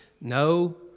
No